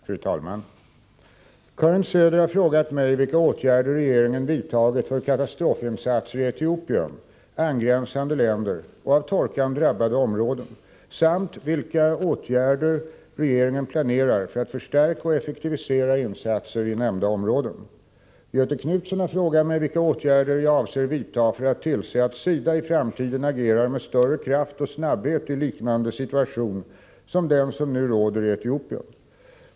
Fru talman! Karin Söder har frågat mig vilka åtgärder regeringen vidtagit för katastrofinsatser i Etiopien, angränsande länder och av torkan drabbade områden samt vilka åtgärder regeringen planerar för att förstärka och effektivisera insatser i nämnda områden? Göthe Knutson har frågat mig vilka åtgärder jag avser vidta för att tillse att SIDA i framtiden agerar med större kraft och snabbhet i liknande situation som den som nu råder i Etiopien.